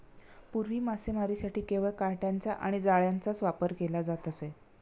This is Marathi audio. पूर्वी मासेमारीसाठी केवळ काटयांचा आणि जाळ्यांचाच वापर केला जात असे